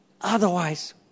otherwise